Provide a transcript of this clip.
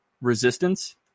resistance